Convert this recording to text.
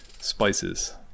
spices